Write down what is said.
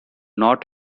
not